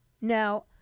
Now